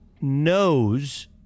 knows